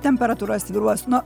temperatūra svyruos nuo